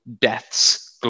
deaths